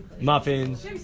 muffins